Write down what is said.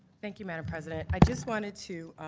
thank you madam president. i just wanted to